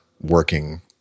working